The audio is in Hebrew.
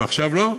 ועכשיו לא?